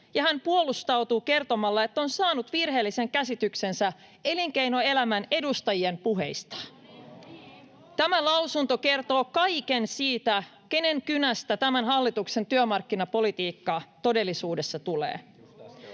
hän puolustautuu kertomalla, että on saanut virheellisen käsityksensä "elinkeinoelämän edustajien puheista". Tämä lausunto kertoo kaiken siitä, kenen kynästä tämän hallituksen työmarkkinapolitiikka todellisuudessa tulee.